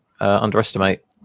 underestimate